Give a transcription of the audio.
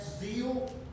zeal